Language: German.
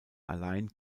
allein